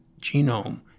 genome